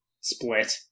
split